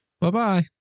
Bye-bye